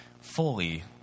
fully